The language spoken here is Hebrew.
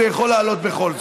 זה יכול לעלות בכל זאת.